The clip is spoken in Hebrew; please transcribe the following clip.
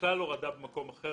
בכלל הורדת מקום אחר,